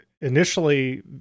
initially